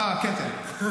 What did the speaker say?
כן, כן.